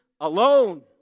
alone